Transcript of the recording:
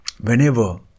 whenever